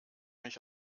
mich